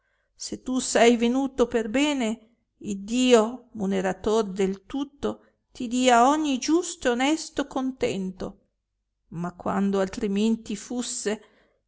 se tu sei venuto per bene iddio munerator del tutto ti dia ogni giusto e onesto contento ma quando altrimenti fusse